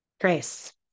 grace